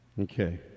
Okay